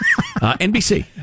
NBC